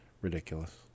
Ridiculous